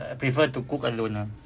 I prefer to cook alone ah